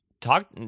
Talk